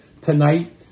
Tonight